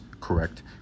correct